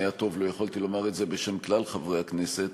היה טוב לו יכולתי לומר את זה בשם כלל חברי הכנסת,